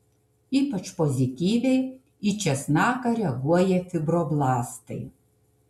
ypač pozityviai į česnaką reaguoja fibroblastai